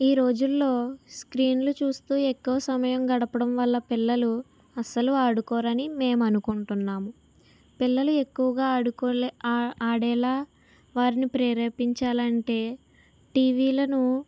ఈ రోజుల్లో స్క్రీన్లు చూస్తూ ఎక్కువ సమయం గడపడం వల్ల పిల్లలు అసలు ఆడుకోరని మేము అనుకుంటున్నాము పిల్లలు ఎక్కువగా ఆడుకులే ఆడు ఆడేలా వారిని ప్రేరేపించాలంటే టీవీలను